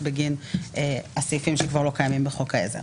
בגין הסעיפים שכבר לא קיימים בחוק העזר.